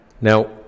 now